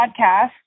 podcast